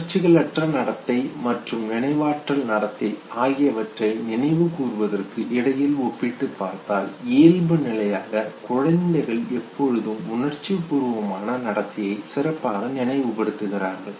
உணர்ச்சிகளற்ற நடத்தை மற்றும் நினைவாற்றல் நடத்தை ஆகியவற்றை நினைவுகூருவதற்கு இடையில் ஒப்பிட்டுப் பார்த்தால் இயல்புநிலையாக குழந்தைகள் எப்போதும் உணர்ச்சிபூர்வமான நடத்தையை சிறப்பாக நினைவுபடுத்துகிறார்கள்